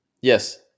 Yes